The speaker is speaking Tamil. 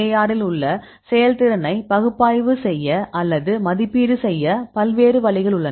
QSAR இல் உள்ள செயல்திறனை பகுப்பாய்வு செய்ய அல்லது மதிப்பீடு செய்ய பல்வேறு வழிகள் உள்ளன